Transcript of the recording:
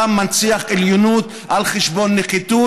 אתה מנציח עליונות על חשבון נחיתות.